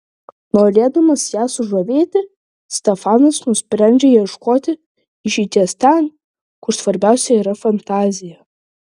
norėdamas ją sužavėti stefanas nusprendžia ieškoti išeities ten kur svarbiausia yra fantazija